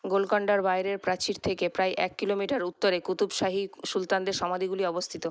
গোলকোন্ডার বাইরের প্রাচীর থেকে প্রায় এক কিলোমিটার উত্তরে কুতুবশাহী সুলতানদের সমাধিগুলি অবস্থিত